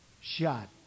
shot